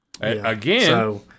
again